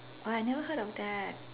I never heard of that